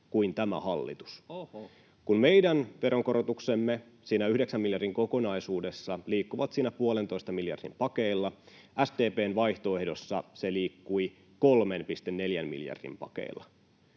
kuin tämä hallitus. Kun meidän veronkorotuksemme siinä 9 miljardin kokonaisuudessa liikkuivat 1,5 miljardin pakeilla, SDP:n vaihtoehdossa ne liikkuivat 3,4 miljardin pakeilla.